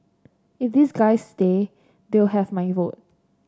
if these guys stay they'll have my vote